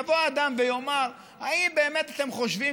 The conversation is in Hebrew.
יבוא אדם ויאמר: האם באמת אתם חושבים